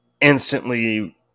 instantly